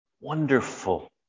wonderful